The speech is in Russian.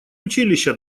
училища